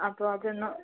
അപ്പോൾ അതൊന്ന്